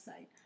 website